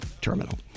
Terminal